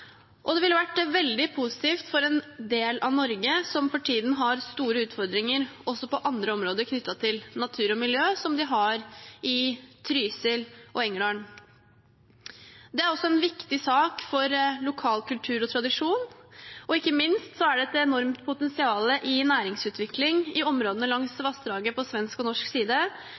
og det ville ha vært veldig positivt for en del av Norge som for tiden har store utfordringer også på andre områder knyttet til natur og miljø, som de har i Trysil og Engerdal. Det er også en viktig sak for lokal kultur og tradisjon, og ikke minst er det et enormt potensial i næringsutvikling i områdene langs vassdraget på svensk og norsk side